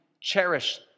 cherish